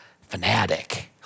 fanatic